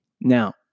Now